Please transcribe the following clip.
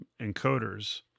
encoders